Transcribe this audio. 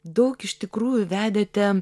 daug iš tikrųjų vedėte